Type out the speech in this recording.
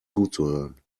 zuzuhören